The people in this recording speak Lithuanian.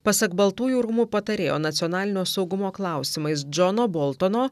pasak baltųjų rūmų patarėjo nacionalinio saugumo klausimais džono boltono